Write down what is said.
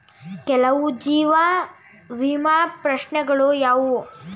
ಕೆಲವು ಜೀವ ವಿಮಾ ಪ್ರಶ್ನೆಗಳು ಯಾವುವು?